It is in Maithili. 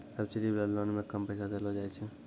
सब्सिडी वाला लोन मे कम पैसा देलो जाय छै